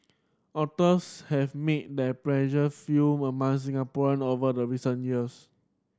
otters have made their pleasure feel among Singaporean over the recent years